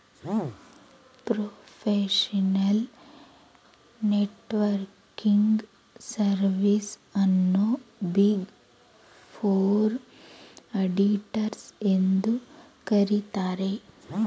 professional networking service ಅನ್ನು big four auditors ಎಂದು ಕರಿತರೆ